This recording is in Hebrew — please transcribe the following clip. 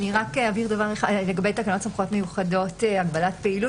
אני רק אבהיר לגבי תקנות סמכויות מיוחדות (הגבלת פעילות),